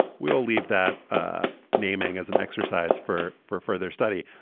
we'll leave that ah naming as an exercise for for further study.